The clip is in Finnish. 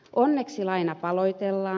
onneksi laina paloitellaan